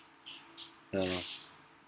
yeah loh